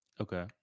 Okay